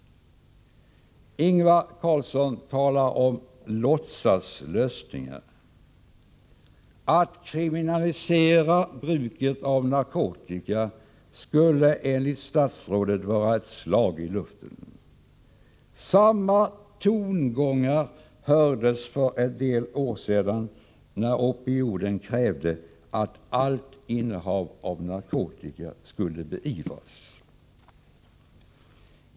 Ingvar Carlsson talar om låtsaslösningar. Att kriminalisera bruket av narkotika skulle enligt statsrådet vara ett slag i luften. Samma tongångar hördes för en del år sedan, då opinionen krävde att allt innehav av narkotika skulle beivras.